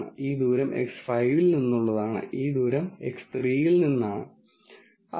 അതിനാൽ ഈ സാഹചര്യത്തിൽ ഫങ്ഷണൽ ഫോം ക്വാഡ്രാറ്റിക് ആണ് ഇപ്പോൾ a₀ a₁ a₂ എന്നീ 3 പരാമീറ്ററുകളും ഉണ്ട്